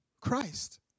Christ